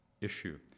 issue